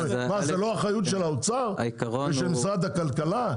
מה, זה לא אחריות של האוצר ושל משרד הכלכלה?